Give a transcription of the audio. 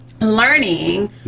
learning